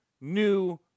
new